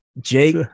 jake